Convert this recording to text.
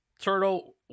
Turtle